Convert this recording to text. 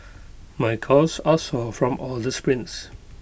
my calves are sore from all the sprints